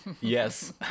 Yes